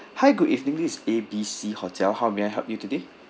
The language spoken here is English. hi good evening this is A B C hotel how may I help you today